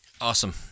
awesome